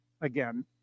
again